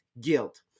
guilt